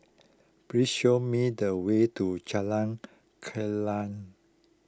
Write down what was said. please show me the way to Jalan Kilang